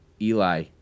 Eli